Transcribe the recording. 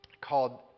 called